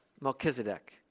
Melchizedek